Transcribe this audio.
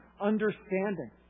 understanding